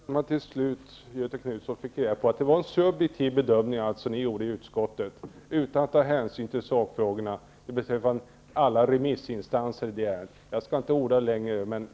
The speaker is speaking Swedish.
Fru talman! Till slut, Göthe Knutson, fick man reda på att det var en subjektiv bedömning som ni gjorde i utskottet, helt utan att ta hänsyn till de olika remissinstanserna. Jag skall inte orda längre om det.